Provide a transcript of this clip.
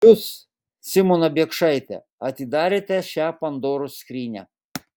jūs simona biekšaite atidarėte šią pandoros skrynią